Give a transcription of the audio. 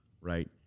Right